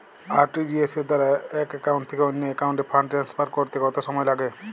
RTGS দ্বারা এক account থেকে অন্য একাউন্টে ফান্ড ট্রান্সফার করতে কত সময় লাগে?